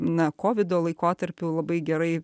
na kovido laikotarpiu labai gerai